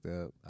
up